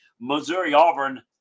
Missouri-Auburn